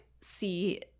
see